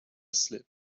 slip